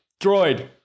droid